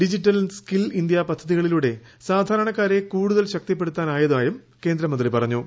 digital skill India പദ്ധതികളിലൂടെ സാധാരണക്കാരെ കൂടുതൽ ശക്തിപ്പെടുത്താനായതായും കേന്ദ്രമന്തി പറഞ്ഞു